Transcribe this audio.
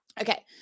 Okay